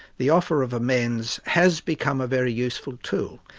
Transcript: the offer of amends has become a very useful tool.